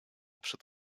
przed